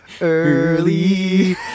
early